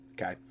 Okay